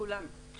כולנו לא מכירים.